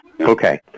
Okay